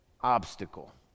obstacle